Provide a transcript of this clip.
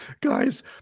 guys